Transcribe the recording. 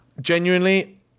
genuinely